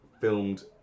filmed